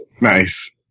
Nice